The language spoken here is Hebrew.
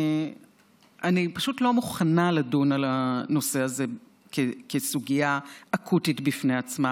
אני פשוט לא מוכנה לדון על הנושא הזה כסוגיה אקוטית בפני עצמה,